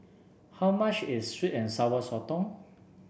how much is sweet and Sour Sotong